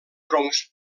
troncs